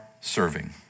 serving